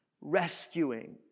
rescuing